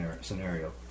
scenario